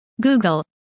Google